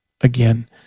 again